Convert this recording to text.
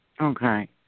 Okay